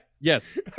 Yes